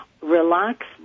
relax